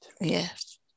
Yes